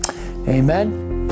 Amen